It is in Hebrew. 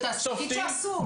תגיד שאסור.